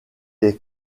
est